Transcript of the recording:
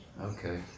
Okay